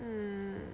um